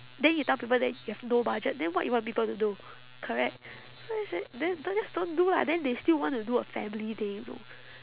then you tell people that you have no budget then what you want people to do correct so he said then do~ just don't do lah then they still want to do a family day you know